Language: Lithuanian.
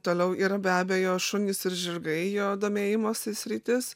toliau yra be abejo šunys ir žirgai jo domėjimosi sritys